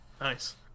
Nice